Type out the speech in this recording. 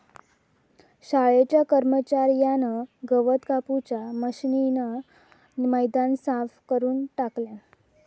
शाळेच्या कर्मच्यार्यान गवत कापूच्या मशीनीन मैदान साफ करून टाकल्यान